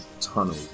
tunnel